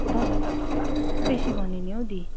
दस हजार त साह्रो बेसी भन्यो नि हौ दी